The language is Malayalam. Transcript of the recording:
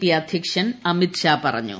പി അധ്യക്ഷൻ അമിത്ഷാ പറഞ്ഞു